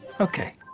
Okay